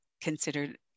considered